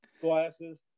glasses